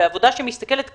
בעבודה שמסתכלת קדימה,